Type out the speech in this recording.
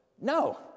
No